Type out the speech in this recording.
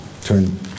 Turn